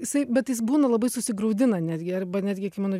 jisai bet jis būna labai susigraudina netgi arba netgi kai mano